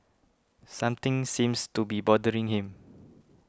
something seems to be bothering him